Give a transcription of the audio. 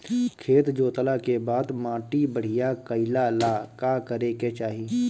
खेत जोतला के बाद माटी बढ़िया कइला ला का करे के चाही?